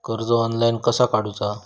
कर्ज ऑनलाइन कसा काडूचा?